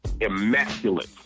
immaculate